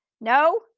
no